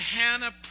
Hannah